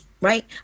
right